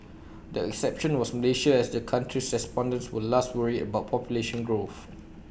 the exception was Malaysia as the country's respondents were least worried about population growth